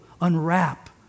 unwrap